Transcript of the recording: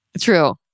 True